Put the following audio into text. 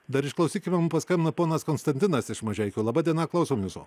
dar išklausykime mum paskambino ponas konstantinas iš mažeikių laba diena klausom jūsų